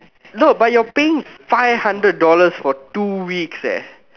no but you're paying five hundred dollars for two weeks eh